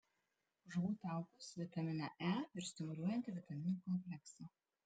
žuvų taukus vitaminą e ir stimuliuojantį vitaminų kompleksą